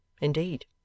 Indeed